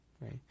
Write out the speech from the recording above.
right